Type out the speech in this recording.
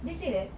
they say that